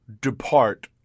depart